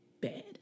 bad